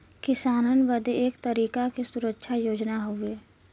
किसानन बदे एक तरीके के सुरक्षा योजना हउवे